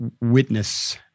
witness